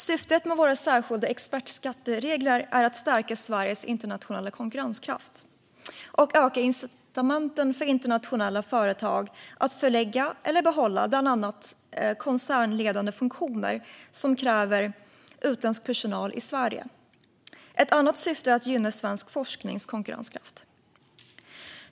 Syftet med våra särskilda expertskatteregler är att stärka Sveriges internationella konkurrenskraft och öka incitamenten för internationella företag att förlägga eller behålla bland annat koncernledande funktioner som kräver utländsk personal i Sverige. Ett annat syfte är att gynna svensk forsknings konkurrenskraft.